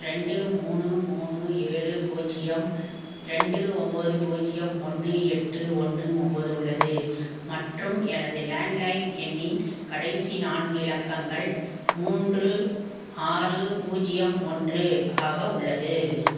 ரெண்டு மூணு மூணு ஏழு பூஜ்ஜியம் ரெண்டு ஒன்பது பூஜ்ஜியம் ஒன்று எட்டு ஒன்று ஒன்பது உள்ளது மற்றும் எனது லேண்ட்லைன் எண்ணின் கடைசி நான்கு இலக்கங்கள் மூன்று ஆறு பூஜ்ஜியம் ஒன்று ஆக உள்ளது